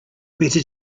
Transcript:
better